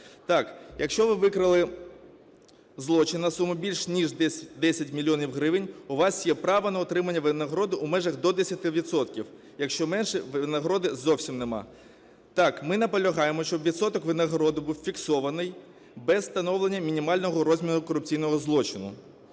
Так, якщо ви викрили злочин на суму більше ніж десь 10 мільйонів гривень, у вас є право на отримання винагороди у межах до 10 відсотків, якщо менше, винагороди зовсім нема. Так, ми наполягаємо, щоб відсоток винагороди був фіксований, без встановлення мінімального розміру корупційного злочину.